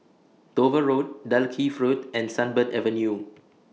Dover Road Dalkeith Road and Sunbird Avenue